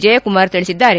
ಜಯಕುಮಾರ್ ತಿಳಿಸಿದ್ದಾರೆ